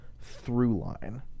through-line